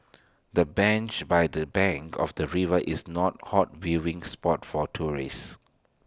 the bench by the bank of the river is not hot viewing spot for tourists